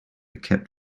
kept